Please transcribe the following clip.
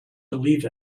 believe